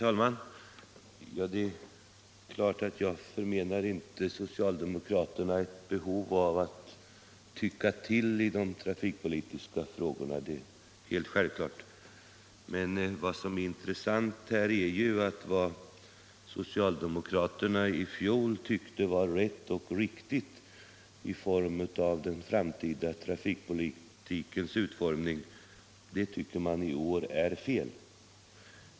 Herr talman! Jag förmenar inte socialdemokraterna att känna ett behov av att tycka till i de trafikpolitiska frågorna. Men vad som är intressant här är ju att det som socialdemokraterna i fjol tyckte var rätt och riktigt i fråga om den framtida trafikpolitikens utformning tycker man i år är fel.